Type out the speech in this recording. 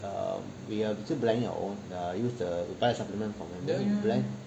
uh we are blending our own err use the we buy the supplement from Amway brand